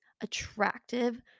attractive